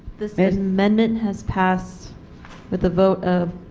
this this amendment has passed with a vote of